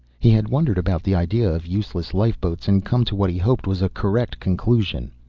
he had wondered about the idea of useless lifeboats and come to what he hoped was a correct conclusion.